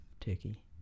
Turkey